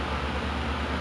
uh then